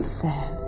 sad